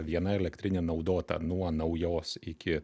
viena elektrinė naudota nuo naujos iki